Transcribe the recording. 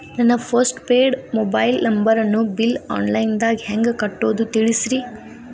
ನನ್ನ post paid mobile ನಂಬರನ್ನು bill online ದಾಗ ಹೆಂಗ್ ಕಟ್ಟೋದು ತಿಳಿಸ್ರಿ